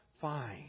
fine